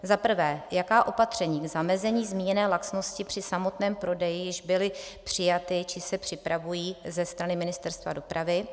Za prvé: Jaká opatření k zamezení zmíněné laxnosti při samotném prodeji již byla přijata či se připravují ze strany Ministerstva dopravy?